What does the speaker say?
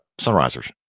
sunrisers